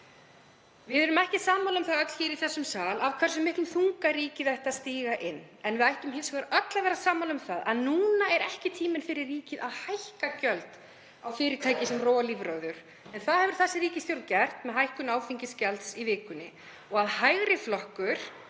Við erum ekki sammála um það öll hér í þessum sal af hversu miklum þunga ríkið ætti að stíga inn. En við ættum hins vegar öll að vera sammála um það að núna er ekki tíminn fyrir ríkið að hækka gjöld á fyrirtæki sem róa lífróður. En það hefur þessi ríkisstjórn gert með hækkun áfengisgjalds í vikunni og að hægri flokkur